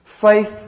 Faith